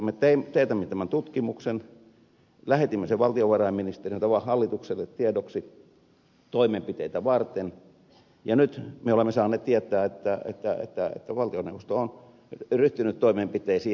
me teetimme tämän tutkimuksen lähetimme sen valtiovarainministerille hallitukselle tiedoksi toimenpiteitä varten ja nyt me olemme saaneet tietää että valtioneuvosto on ryhtynyt toimenpiteisiin